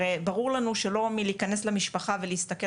הרי ברור לנו שלא מלהיכנס לבית המשפחה ולהסתכל